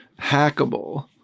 hackable